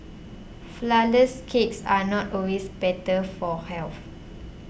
Flourless Cakes are not always better for health